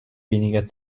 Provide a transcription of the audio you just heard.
weniger